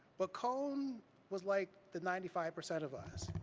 but cone was like the ninety five percent of us.